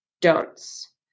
Don'ts